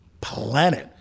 planet